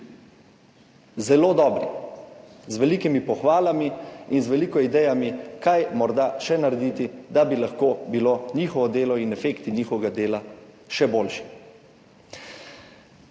zelo dobri, z velikimi pohvalami in z veliko idejami, kaj morda še narediti, da bi lahko bilo njihovo delo in efekti njihovega dela še boljši.